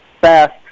fast